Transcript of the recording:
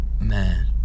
Man